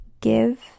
give